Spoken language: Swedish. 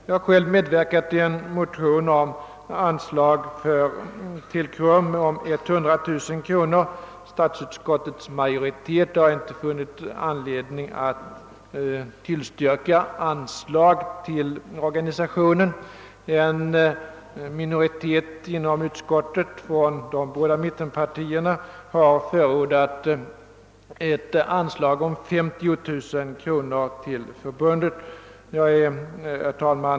Jag har själv medverkat vid tillkomsten av en motion om ett anslag till KRUM på 100000 kronor, men statsutskottets majoritet har inte funnit anledning föreligga att tillstyrka det yrkandet. En minoritet inom utskottet bestående av representanter för de båda mittenpartierna har emellertid förordat ett anslag om 50 000 kronor till förbundet.